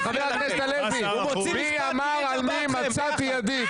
------ הוא מוציא משפט --- ארבעתכם, ביחד.